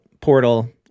portal